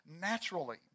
naturally